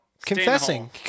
Confessing